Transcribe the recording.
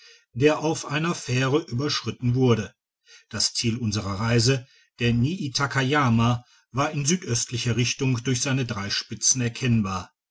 der auf einer fähre tiberschritten wurde das ziel unserer reise der niittakayama war in südöstlicher richtung durch seine drei spitzen erkennbar